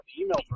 email